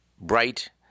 bright